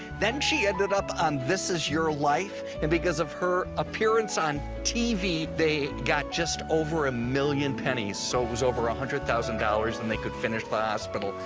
then she ended up on this is your life and because of her appearance on tv, they got just over a million pennies so it was over one ah hundred thousand dollars and they could finish the hospital.